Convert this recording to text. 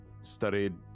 studied